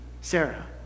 Sarah